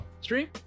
Stream